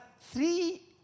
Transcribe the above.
three